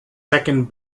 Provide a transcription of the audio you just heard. second